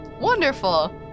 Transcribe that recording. Wonderful